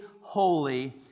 holy